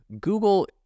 Google